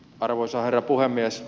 arvoisa herra puhemies